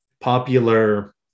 popular